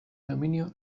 aluminio